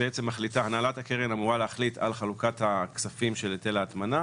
הנהלת הקרן אמורה להחליט על חלוקת הכספים של היטל ההטמנה